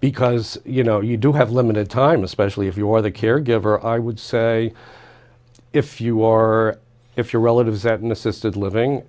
because you know you do have limited time especially if you're the caregiver i would say if you are if your relatives that in assisted living